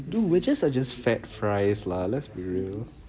dude would you suggest fat fries lah let's be real